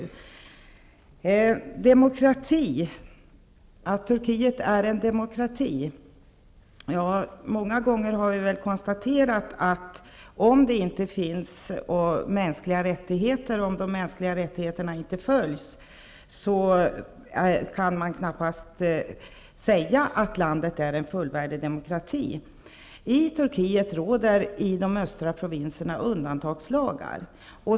När det gäller frågan om Turkiet är en demokrati har vi många gånger konstaterat att om det inte finns mänskliga rättigheter och om de mänskliga rättigheterna inte följs, kan man knappast säga att landet är en fullvärdig demokrati. I de östra provinserna i Turkiet råder undantagslagar.